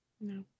no